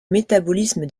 métabolisme